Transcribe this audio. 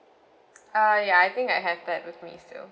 uh ya I think I have that with me still